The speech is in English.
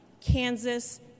Kansas